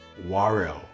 Warrell